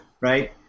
Right